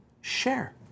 Share